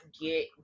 get